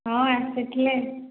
ହଁ ଆସିଥିଲେ